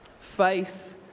Faith